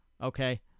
Okay